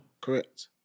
Correct